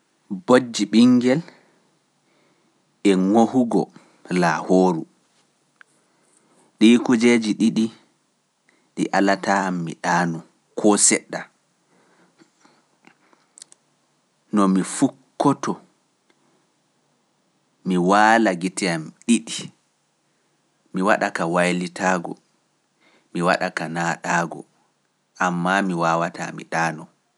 Bojji ɓingel e ŋohugo laahooru, ɗii kujeeji ɗiɗi ɗi alataa mi ɗaanu koo seɗɗa. No mi fukkoto, mi waala gite am ɗiɗi, mi waɗa ka waylitaago, mi waɗa ka naaɗaago, ammaa mi waawataa mi ɗaanu.